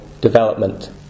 development